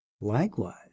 Likewise